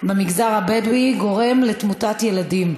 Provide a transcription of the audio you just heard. במגזר הבדואי גורם לתמותת ילדים,